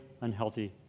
unhealthy